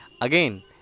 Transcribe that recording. again